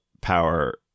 power